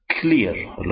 clear